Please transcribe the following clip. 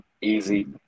easy